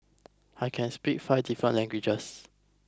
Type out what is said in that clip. I can speak five different languages